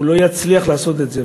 הוא לא יצליח לעשות את זה,